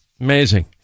Amazing